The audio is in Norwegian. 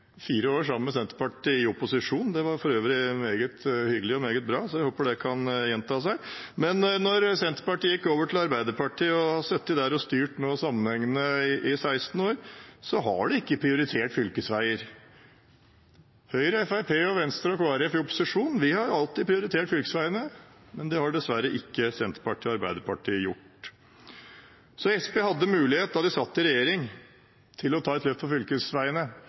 fire år sammen med Senterpartiet i opposisjon. Det var for øvrig meget hyggelig og meget bra, jeg håper det kan gjenta seg. Men da Senterpartiet gikk over til Arbeiderpartiet og har sittet der og styrt sammenhengende i 16 år, prioriterte de ikke fylkesveier. Høyre, Fremskrittspartiet, Venstre og Kristelig Folkeparti i opposisjon har alltid prioritert fylkesveiene, men det har dessverre ikke Senterpartiet og Arbeiderpartiet gjort. Senterpartiet hadde mulighet til å ta et løft for fylkesveiene